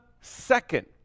second